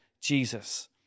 Jesus